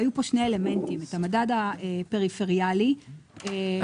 היו פה שני פרמטרים: המדד הפריפריאלי -- העלו